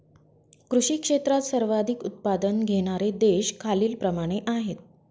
कृषी क्षेत्रात सर्वाधिक उत्पादन घेणारे देश खालीलप्रमाणे आहेत